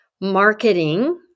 marketing